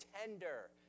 tender